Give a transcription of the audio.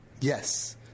yes